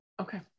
Okay